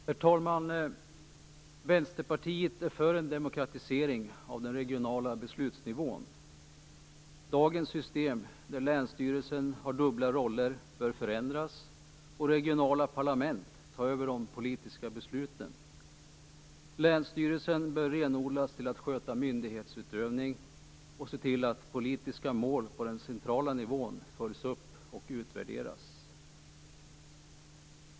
Herr talman! Vänsterpartiet är för en demokratisering av den regionala beslutsnivån. Dagens system där länsstyrelsen har dubbla roller bör förändras och regionala parlament ta över de politiska besluten. Länsstyrelsen bör renodlas till att sköta myndighetsutövning och se till att politiska mål på den centrala nivån följs upp och utvärderas.